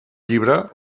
llibre